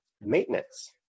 maintenance